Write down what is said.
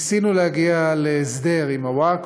ניסינו להגיע להסדר עם הווקף,